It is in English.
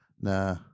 Nah